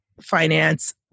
finance